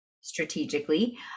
strategically